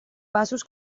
passos